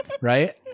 Right